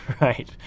Right